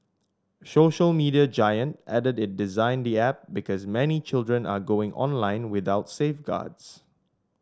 social media giant added it designed the app because many children are going online without safeguards